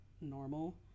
normal